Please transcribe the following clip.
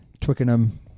Twickenham